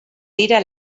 dira